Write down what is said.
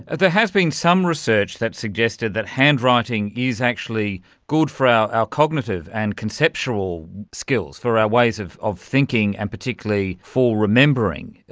there has been some research that suggested that handwriting is actually good for our our cognitive and conceptual skills, for our ways of of thinking and particularly for remembering.